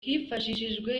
hifashishijwe